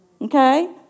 Okay